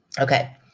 Okay